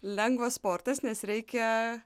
lengvas sportas nes reikia